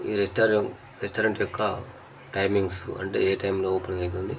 మీ restaurant restaurant యొక్క timings అంటే ఏ టైంలో ఓపెన్ అయితుంది